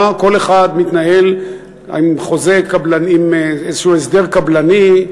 כל אחד מתנהל עם איזשהו הסדר קבלני,